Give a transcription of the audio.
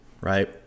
right